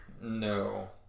no